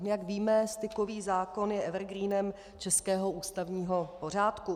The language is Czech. Jak víme, stykový zákon je evergreenem českého ústavního pořádku.